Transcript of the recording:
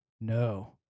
No